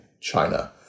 China